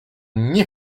nie